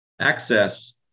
access